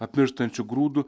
apmirštančiu grūdu